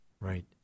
right